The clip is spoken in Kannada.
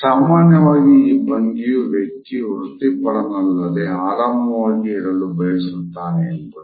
ಸಾಮಾನ್ಯವಾಗಿ ಈ ಭಂಗಿಯು ವ್ಯಕ್ತಿಯು ವೃತ್ತಿಪರನಲ್ಲದೆ ಆರಾಮವಾಗಿ ಇರಲು ಬಯಸುತ್ತಾನೆ ಎಂಬುದು